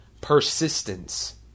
persistence